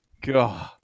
God